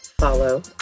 follow